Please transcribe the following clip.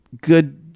good